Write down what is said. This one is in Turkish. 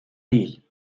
değil